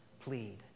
Plead